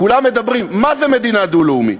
כולם מדברים, מה זאת מדינה דו-לאומית?